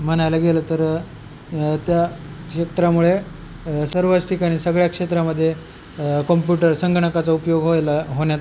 म्हणायला गेलं तर त्या क्षेत्रामुळे सर्वच ठिकाणी सगळ्या क्षेत्रामध्ये कम्प्युटर संगणकाचा उपयोग व्हायला होण्यात